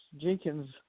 Jenkins